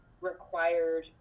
required